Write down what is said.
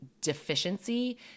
deficiency